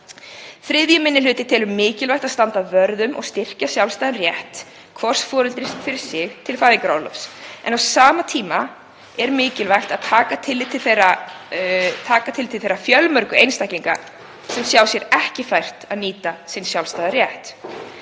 Þriðji minni hluti telur mikilvægt að standa vörð um og styrkja sjálfstæðan rétt hvors foreldris fyrir sig til fæðingarorlofs. En á sama tíma er mikilvægt að taka tillit til þeirra fjölmörgu einstaklinga sem sjá sér ekki fært að nýta sinn sjálfstæða rétt.